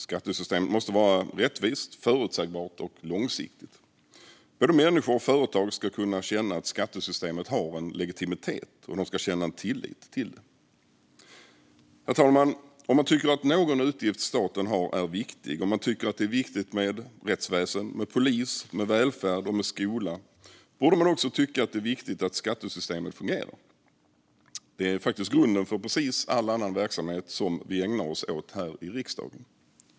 Skattesystemet måste vara rättvist, förutsägbart och långsiktigt. Både människor och företag ska kunna känna att skattesystemet har legitimitet, och de ska känna tillit till det. Herr talman! Om man tycker att någon utgift staten har är viktig, om man tycker att det är viktigt med rättsväsen, med polis, med välfärd och med skola, borde man också tycka att det är viktigt att skattesystemet fungerar. Det är faktiskt grunden för precis all annan verksamhet som vi ägnar oss åt här i riksdagen.